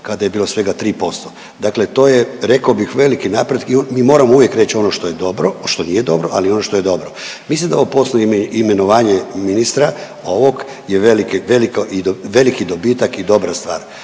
kada je bilo svega 3%. Dakle to je rekao bih veliki napredak, mi moramo uvijek reć ono što je dobro, što nije dobro, ali i ono što je dobro. Mislim da ovo posljednje imenovanje ministra ovog je veliki, veliko, veliki dobitak i dobra stvar